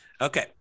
Okay